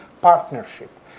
partnership